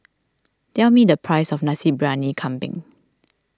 tell me the price of Nasi Briyani Kambing